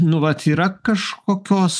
nu vat yra kažkokios